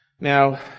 Now